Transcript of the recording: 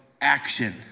action